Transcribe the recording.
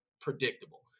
predictable